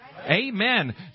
Amen